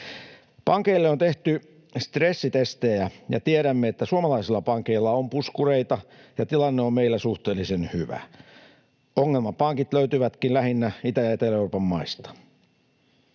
Pankeille on tehty stressitestejä, ja tiedämme, että suomalaisilla pankeilla on puskureita ja tilanne on meillä suhteellisen hyvä. Ongelmapankit löytyvätkin lähinnä Itä- ja Etelä-Euroopan maista.